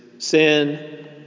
Sin